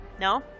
No